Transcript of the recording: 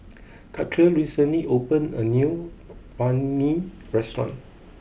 Katia recently opened a new Banh Mi restaurant